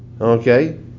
Okay